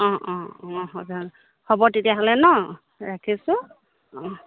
অঁ অঁ অঁ হ'ব যাম হ'ব তেতিয়াহ'লে ন ৰাখিছোঁ অঁ